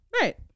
Right